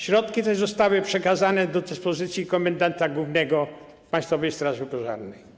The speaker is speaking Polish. Środki te zostały przekazane do dyspozycji komendanta głównego Państwowej Straży Pożarnej.